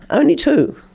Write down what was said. only two.